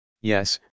Yes